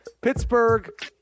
Pittsburgh